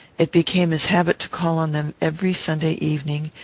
it became his habit to call on them every sunday evening,